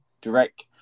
direct